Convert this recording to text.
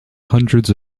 hundreds